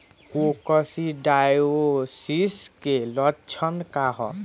Coccidiosis के लक्षण का ह?